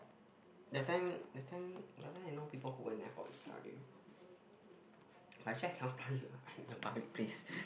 that time that time that time I know people who went airport to study but actually I cannot study at a public place